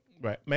Right